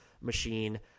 machine